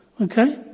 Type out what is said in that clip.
Okay